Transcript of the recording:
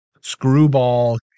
screwball